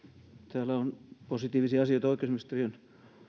täällä on positiivisia asioita oikeusministeriön